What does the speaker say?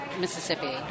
Mississippi